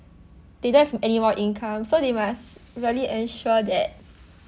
they don't have any more income so they must really ensure that